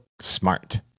Smart